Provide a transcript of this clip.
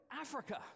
Africa